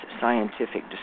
scientific